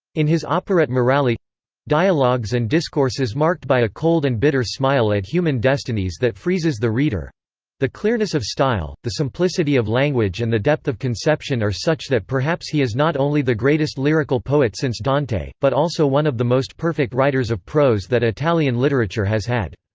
in his operette morali dialogues and discourses discourses marked by a cold and bitter smile at human destinies that freezes the reader the clearness of style, the simplicity of language and the depth of conception are such that perhaps he is not only the greatest lyrical poet since dante, but also one of the most perfect writers of prose that italian literature has had.